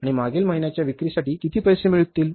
आणि मागील महिन्यांच्या विक्रीसाठी किती पैसे मिळतात